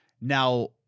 now